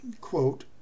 quote